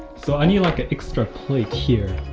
so i need like an extra plate here.